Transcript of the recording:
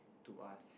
to us